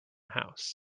house